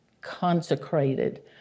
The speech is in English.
consecrated